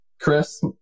Chris